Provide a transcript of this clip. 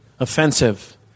Offensive